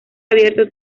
abierto